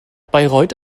bayreuth